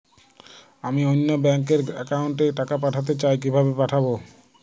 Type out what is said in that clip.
আমি অন্য ব্যাংক র অ্যাকাউন্ট এ টাকা পাঠাতে চাই কিভাবে পাঠাবো?